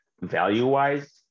value-wise